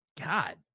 God